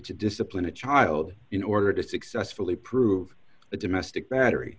to discipline a child in order to successfully prove a domestic battery